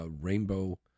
Rainbow